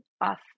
off